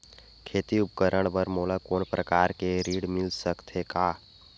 खेती उपकरण बर मोला कोनो प्रकार के ऋण मिल सकथे का?